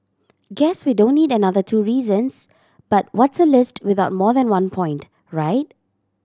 guess we don't need another two reasons but what's a list without more than one point right